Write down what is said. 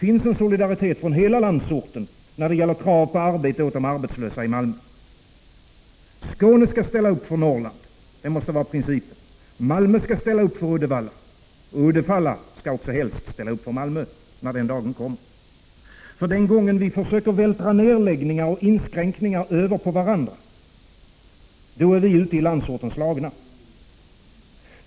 ST Good on solidaritet från hela landsorten när det gäller krav på arbete åt de arbetslösa i Malmö. Principen måste vara den att Skåne skall ställa upp för Norrland, Malmö för Uddevalla och helst också Uddevalla för Malmö när den dagen kommer. Den gång vi börjar försöka vältra över nedläggningar och inskränkningar på varandra är vi ute i landsorten slagna.